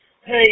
Hey